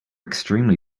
extremely